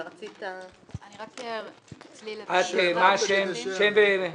אני ממשרד המשפטים.